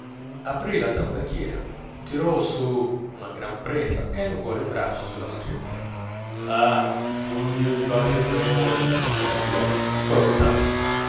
aprì la tabacchiera tirò su una gran presa e allungò le braccia sulla scrivania ah buon dio di pace e d'amore sospirò